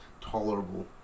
tolerable